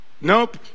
Nope